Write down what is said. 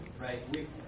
right